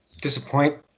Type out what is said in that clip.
disappoint